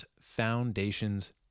Foundations